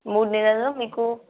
మూడు నెలలలో మీకు